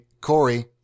Corey